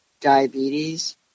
diabetes